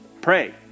pray